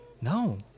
No